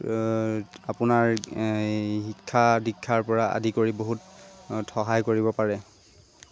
এই আপোনাৰ শিক্ষা দীক্ষাৰপৰা আদি কৰি বহুত সহায় কৰিব পাৰে